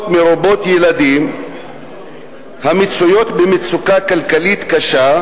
מרובות ילדים המצויות במצוקה כלכלית קשה,